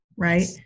right